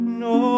no